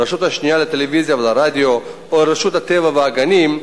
הרשות השנייה לטלוויזיה ולרדיו או רשות הטבע והגנים,